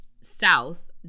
south